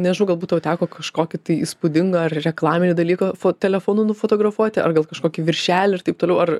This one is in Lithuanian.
nežinau galbūt tau teko kažkokį tai įspūdinga ar reklaminį dalyką fu telefonu nufotografuoti ar gal kažkokį viršelį ir taip toliau ar